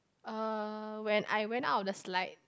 uh when I went out of the slide